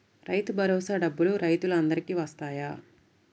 రైతు భరోసా డబ్బులు రైతులు అందరికి వస్తాయా?